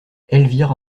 elvire